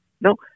No